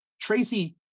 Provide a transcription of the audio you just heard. Tracy